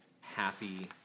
happy